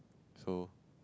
so